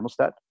thermostat